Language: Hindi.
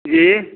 जी